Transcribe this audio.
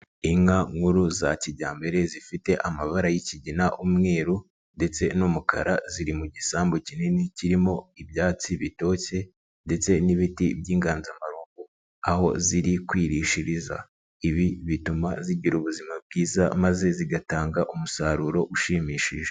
Inka nkuru za kijyambere zifite amabara y'ikigina, umweru ndetse n'umukara, ziri mu gisambu kinini kirimo ibyatsi bitoshye ndetse n'ibiti by'inganzamarumbo aho ziri kwirishiriza, ibi bituma zigira ubuzima bwiza maze zigatanga umusaruro ushimishije.